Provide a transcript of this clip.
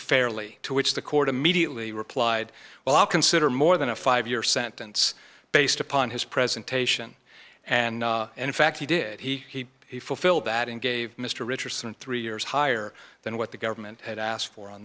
fairly to which the court immediately replied well i'll consider more than a five year sentence based upon his presentation and in fact he did he he fulfilled that and gave mr richardson three years higher than what the government had asked for on